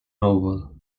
noble